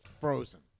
frozen